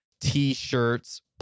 T-shirts